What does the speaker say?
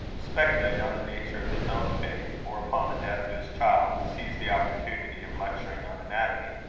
speculate on the nature of his own faith or upon the death of his child, seize the opportunity of lecturing on anatomy.